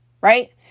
Right